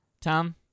Tom